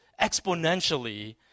exponentially